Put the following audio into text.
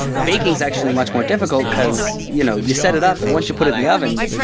baking is actually much more difficult because, you know, you set it up and once you put it in the oven,